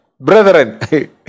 Brethren